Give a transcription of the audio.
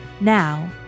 now